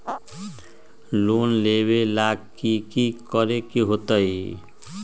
Loan लेबे ला की कि करे के होतई?